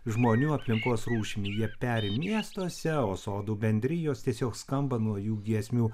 žmonių aplinkos rūšimi jie peri miestuose o sodų bendrijos tiesiog skamba nuo jų giesmių